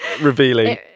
revealing